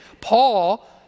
Paul